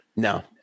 no